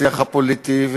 השיח הפוליטי,